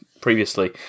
previously